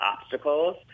obstacles